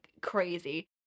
crazy